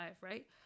right